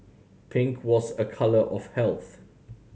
pink was a colour of health